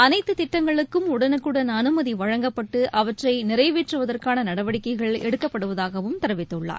அனைத்துத் திட்டங்களுக்கும் உடனுக்குடன் அனுமதி வழங்கப்பட்டு அவற்றை நிறைவேற்றுவதற்கான நடவடிக்கைகளை எடுக்கப்படுவதாகவும் தெரிவித்துள்ளார்